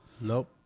Nope